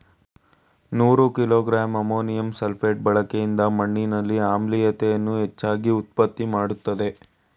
ನೂರು kilogram ammonium sulphate ಬಳಕೆಯಿಂದ ಮಣ್ಣಿನಲ್ಲಿ ಆಮ್ಲೀಯತೆಯನ್ನು ಹೆಚ್ಚಾಗಿ ಉತ್ಪತ್ತಿ ಮಾಡ್ತದೇ